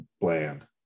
bland